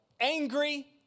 angry